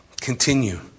Continue